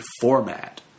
format